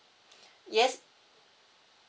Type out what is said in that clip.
yes